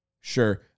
Sure